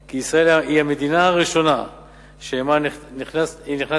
כי ישראל היא המדינה הראשונה שעמה הוא נכנס